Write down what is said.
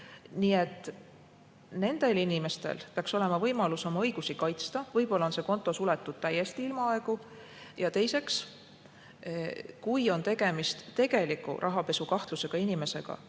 Nii et nendel inimestel peaks olema võimalus oma õigusi kaitsta. Võib-olla on see konto suletud täiesti ilmaaegu. Ja teiseks, kui on päriselt tegemist rahapesus kahtlustatava inimesega